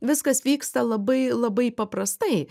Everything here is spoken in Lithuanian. viskas vyksta labai labai paprastai